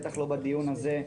בטח לא בדיון הזה,